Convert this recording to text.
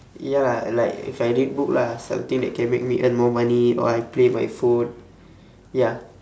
ya lah like if I read book lah something that can make me earn more money or I play my phone ya